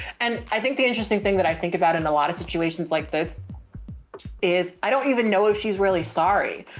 and i think the interesting thing that i think about in a lot of situations like this is, i don't even know if she's really sorry.